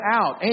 out